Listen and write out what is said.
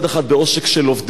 אם נותנים להם שכר,